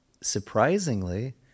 surprisingly